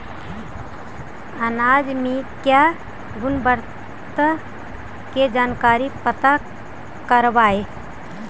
अनाज मे क्या गुणवत्ता के जानकारी पता करबाय?